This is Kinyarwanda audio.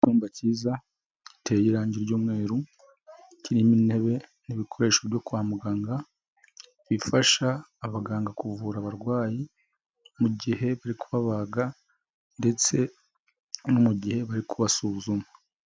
Icyumba kiza giteye irange ry'umweru kirimo intebe n'ibikoresho byo kwa muganga bifasha abaganga kuvura abarwayi mu gihe bari kubabaga ndetse no mu gihe bari kubasuzuma.